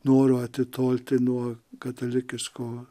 noru atitolti nuo katalikiško